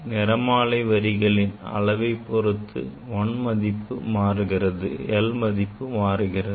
நிறமாலை வரிகளின் அளவைப் பொருத்து l மதிப்பு மாறுகிறது